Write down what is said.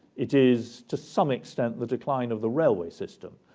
it is to some extent the decline of the railway system,